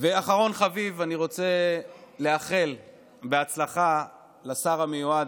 ואחרון חביב: אני רוצה לאחל הצלחה לשר המיועד,